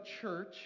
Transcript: church